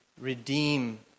redeem